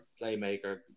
playmaker